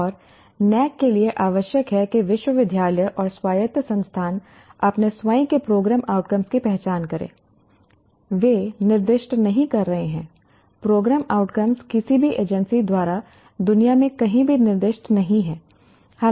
और NAAC के लिए आवश्यक है कि विश्वविद्यालय और स्वायत्त संस्थान अपने स्वयं के प्रोग्राम आउटकम्स की पहचान करें वे निर्दिष्ट नहीं कर रहे हैं प्रोग्राम आउटकम्स किसी भी एजेंसी द्वारा दुनिया में कहीं भी निर्दिष्ट नहीं हैं